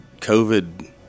COVID